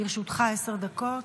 לרשותך עשר דקות.